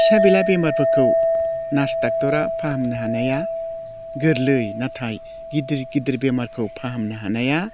फिसा बेला बेमारफोरखौ नार्स डाक्टरा फाहामनो हानाया गोरलै नाथाय गिदिर गिदिर बेमारखौ फाहामनो हानाया